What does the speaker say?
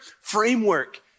framework